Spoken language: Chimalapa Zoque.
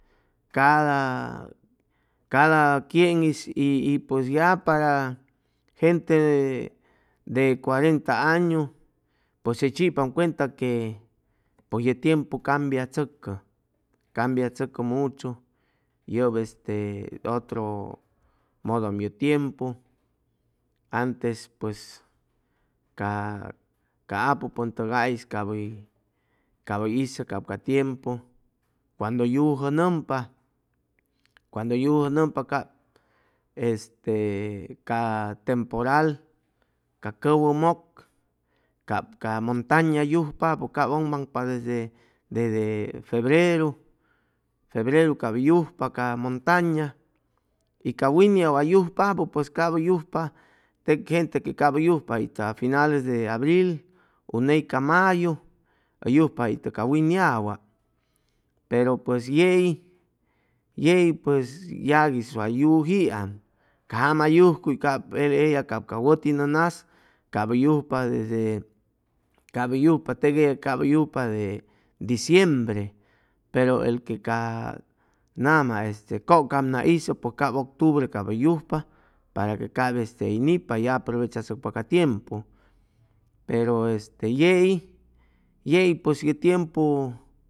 Cada cada quien'is y pues ya para gente de cuarenta añu pues hʉy chipam cuenta que pʉj ye tiempu cambiachʉcʉ cambiachʉcʉ muchu yʉp este otro mʉdʉam ye tiempu antes pues ca ca apupʉn tʉgais cap hʉy cap hʉy hizʉ cap ca tiempu cuendo yujʉnʉmpa cuando yujʉnʉmpa cap este ca temporal ca cʉwʉ mʉk cap ca montaña yujpapʉ cap ʉŋmaŋpa desde desde febreru, febreru cap hʉy yujpa ca montaña y ca winyawa yujpapʉ pues cap hʉy yujpa teg gente que cap yujpa itʉ a finales de abril u ney ca mayu hʉy yujpa itʉ ca winyawa pero pues yei yei pues yaguis way yujiam ca jama yujcuy capo eya cap ca wʉti nʉʉ nas cap hʉy yujpa desde cap hʉy yujpa teg eya cap hʉy yujpa de diciembre pero el que ca nama cʉcamna hizʉ pues cap octubre cap hʉy yujpa para que cap hʉy nipa hʉy aprovechachʉcpa ca tiempu pero este yei yei piues ye tiempu